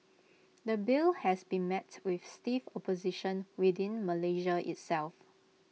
the bill has been met with stiff opposition within Malaysia itself